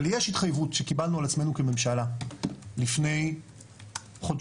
אבל יש התחייבות שקיבלנו על עצמנו כממשלה לפני חודשיים-שלושה,